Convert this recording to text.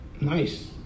nice